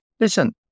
Listen